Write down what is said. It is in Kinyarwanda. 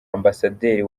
ambasaderi